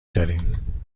داریم